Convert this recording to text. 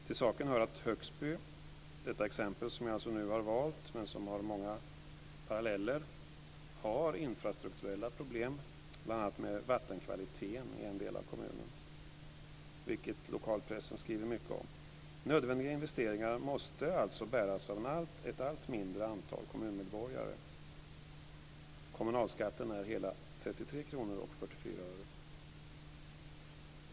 Till saken hör att exemplet Högsby, som har många paralleller, har infrastrukturella problem, bl.a. med vattenkvaliteten i en del av kommunen, vilket lokalpressen skriver mycket om. Nödvändiga investeringar måste bäras av ett allt mindre antal kommunmedborgare. Kommunalskatten är 33 kr och 44 öre.